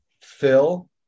Phil